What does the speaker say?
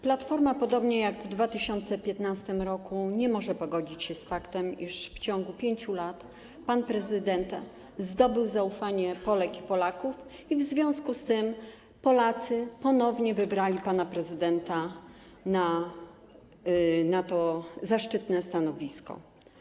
Platforma podobnie jak w 2015 r. nie może pogodzić się z faktem, iż w ciągu 5 lat pan prezydent zdobył zaufanie Polek i Polaków i w związku z tym Polacy ponownie wybrali pana prezydenta na to zaszczytne stanowisko.